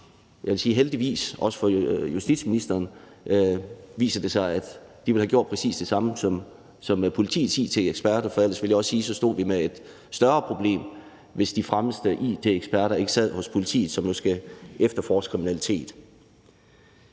Jeg vil sige, at heldigvis, også for justitsministeren, viser det sig, at de ville have gjort præcis det samme som politiets it-eksperter, for ellers ville jeg også sige, at så stod vi med et større problem, altså hvis de fremmeste it-eksperter ikke sad hos politiet, som jo skal efterforske kriminalitet.